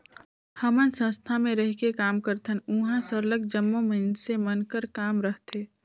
हमन संस्था में रहिके काम करथन उहाँ सरलग जम्मो मइनसे मन कर काम रहथे